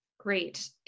Great